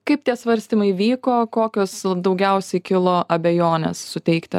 kaip tie svarstymai vyko kokios daugiausiai kilo abejonės suteikti